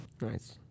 Nice